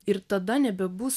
ir tada nebebus